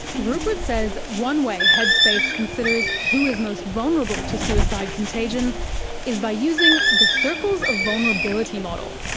rupert says one way headspace considers who is most vulnerable to suicide contagion is by using the circles of vulnerability model.